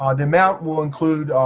um the amount will include